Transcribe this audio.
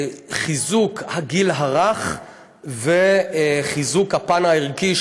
חיזוק הגיל הרך וחיזוק הפן הערכי,